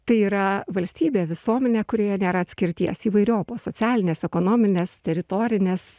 tai yra valstybė visuomenė kurioje nėra atskirties įvairiopos socialinės ekonominės teritorinės